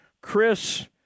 Chris